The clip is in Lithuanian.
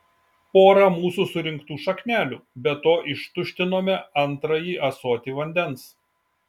porą mūsų surinktų šaknelių be to ištuštinome antrąjį ąsotį vandens